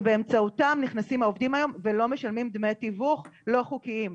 שבאמצעותם נכנסים העובדים היום ולא משלמים דמי תיווך לא חוקיים,